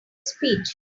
speech